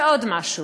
ועוד משהו: